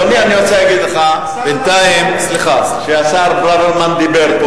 אני רוצה לומר לך שכשהשר ברוורמן דיבר פה,